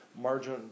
margin